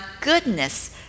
goodness